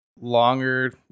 longer